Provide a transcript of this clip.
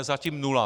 Zatím nula.